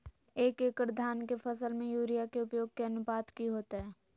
एक एकड़ धान के फसल में यूरिया के उपयोग के अनुपात की होतय?